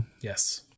yes